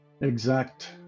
exact